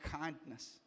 kindness